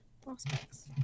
prospects